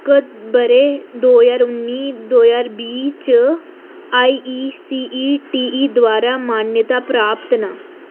ब'रें दो ज्हार उन्नी दो ज्हार बीह् च आईईसीईटीई द्वारा मान्यता प्राप्त न